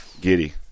giddy